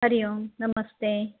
हरि ओम् नमस्ते